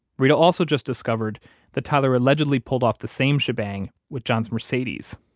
reta also just discovered that tyler allegedly pulled off the same shebang with john's mercedes.